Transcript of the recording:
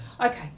Okay